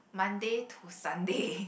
Monday to Sunday